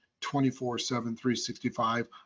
24-7-365